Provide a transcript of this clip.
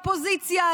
אופוזיציה,